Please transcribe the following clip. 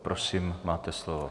Prosím, máte slovo.